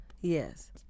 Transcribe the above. Yes